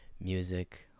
music